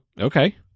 Okay